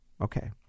okay